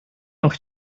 noch